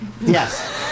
Yes